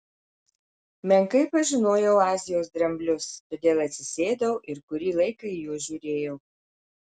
menkai pažinojau azijos dramblius todėl atsisėdau ir kurį laiką į juos žiūrėjau